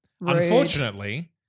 Unfortunately